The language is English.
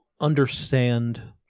understand